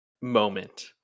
moment